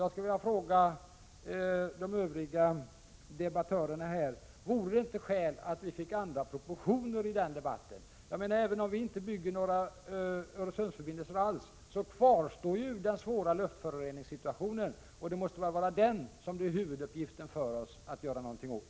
Jag skulle vilja fråga de | övriga debattörerna: Vore det inte skäl att vi fick andra proportioner på den | debatten? Även om vi inte bygger några Öresundsförbindelser alls kvarstår den svåra luftföroreningssituationen. Att göra någonting åt den måste vara vår huvuduppgift.